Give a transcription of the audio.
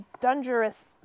dangerous